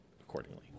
accordingly